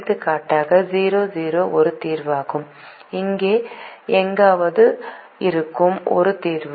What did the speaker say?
எடுத்துக்காட்டாக 0 0 ஒரு தீர்வாகும் 1 1 இங்கே எங்காவது இருக்கும் ஒரு தீர்வு